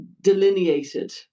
delineated